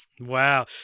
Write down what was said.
wow